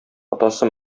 атасы